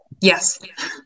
Yes